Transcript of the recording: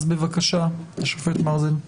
בבקשה, השופט מרזל.